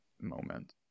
moment